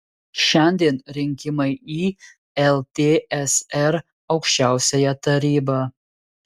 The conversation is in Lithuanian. šiandien rinkimai į ltsr aukščiausiąją tarybą